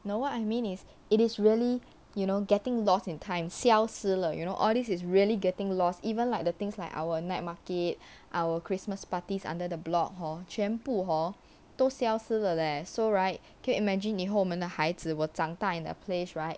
no what I mean is it is really you know getting lost in time 消失了 you know all this is really getting lost even like the things like our night market our christmas parties under the block hor 全部 hor 都消失了 leh so right can you imagine 以后我们的孩子 will 长大 in a place right